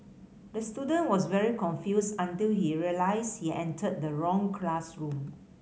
the student was very confused until he realised he entered the wrong classroom